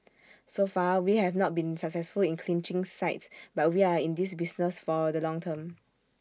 so far we have not been successful in clinching sites but we are in this business for the long term